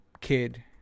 Kid